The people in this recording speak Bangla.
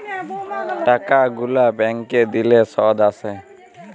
টাকা গুলা ব্যাংকে দিলে শুধ আসে